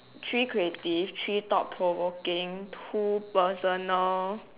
three creative three thought provoking two personal